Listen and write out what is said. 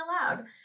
aloud